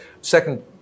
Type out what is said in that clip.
second